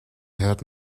had